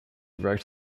wrote